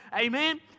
Amen